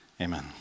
Amen